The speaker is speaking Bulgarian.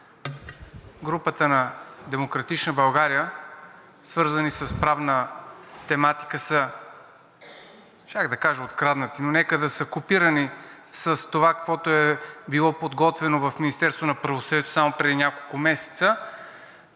групата на „Демократична България“, свързани с правна тематика, са, щях да кажа откраднати, но нека да са копирани с това, каквото е било подготвено в Министерството на правосъдието само преди няколко месеца.